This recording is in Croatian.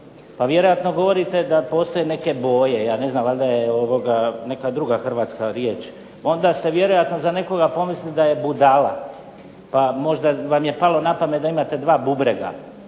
pa vjerojatno govorite da postoje neke boje, ja ne znam valjda je neka druga hrvatska riječ. Onda ste vjerojatno za nekoga pomislili da je budala, pa možda vam je palo na pamet da imate dva bubrega,